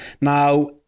Now